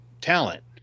talent